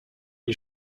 die